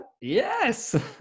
Yes